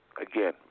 again